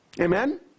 Amen